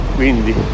quindi